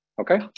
okay